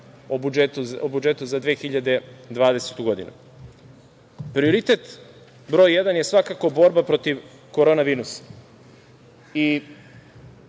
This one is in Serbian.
o budžetu za 2020. godinu. Prioritet broj jedan je svakako borba protiv korona virusa